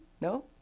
no